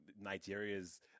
Nigeria's